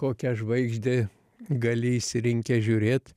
kokią žvaigždė gali išsirinkęs žiūrėt